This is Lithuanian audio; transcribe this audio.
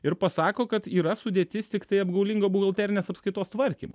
ir pasako kad yra sudėtis tiktai apgaulingo buhalterinės apskaitos tvarkymo